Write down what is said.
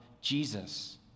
Jesus